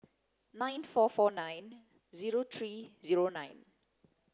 nine four four nine zero three zero nine